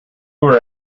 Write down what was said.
are